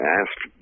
asked